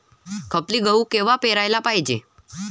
खपली गहू कवा पेराले पायजे?